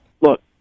Look